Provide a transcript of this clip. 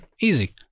easy